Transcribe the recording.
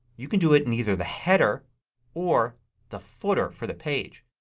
you can do it in either the header or the footer for the page.